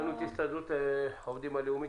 יש לנו את הסתדרות העובדים הלאומית,